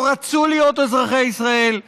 שלא רצו להיות אזרחי ישראל,